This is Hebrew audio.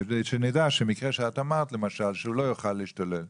כדי שנדע שמקרה שאמרת, למשל, שלא יוכל להשתמט,